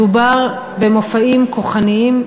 מדובר במופעים כוחניים,